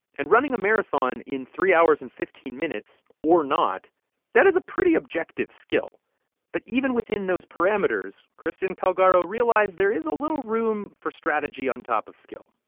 and running a marathon in three hours and fifteen minutes, or not that is a pretty objective skill but even within those parameters, kristen calgaro realized there is a little room for strategy on top of skill.